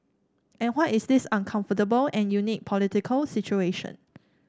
and what is this uncomfortable and unique political situation